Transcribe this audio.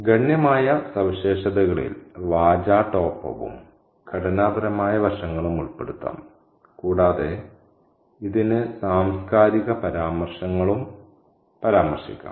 ഗണ്യമായ സവിശേഷതകളിൽ വാചാടോപവും ഘടനാപരമായ വശങ്ങളും ഉൾപ്പെടുത്താം കൂടാതെ ഇതിന് സാംസ്കാരിക പരാമർശങ്ങളും പരാമർശിക്കാം